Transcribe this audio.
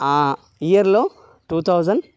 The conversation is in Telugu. ఆ ఇయర్లో టూ థౌజండ్